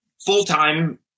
full-time